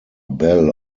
bell